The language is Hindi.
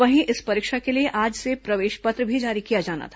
वहीं इस परीक्षा के लिए आज से प्रवेश पत्र भी जारी किया जाना था